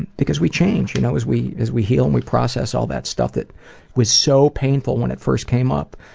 and because we change, y'know, as we as we heal and we process all that stuff that was so painful when it first came up.